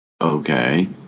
Okay